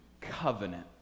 covenant